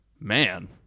man